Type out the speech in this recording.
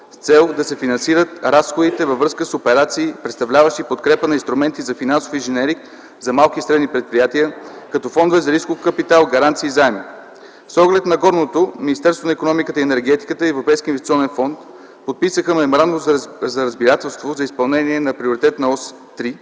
с цел да се финансират разходите във връзка с операции, представляващи подкрепа на инструменти за финансов инженеринг за малки и средни предприятия като фондове за рисков капитал, гаранции и заеми. С оглед на горното Министерството на икономиката и енергетиката и Европейският инвестиционен фонд подписаха меморандум за разбирателство за изпълнение на приоритетна ос 3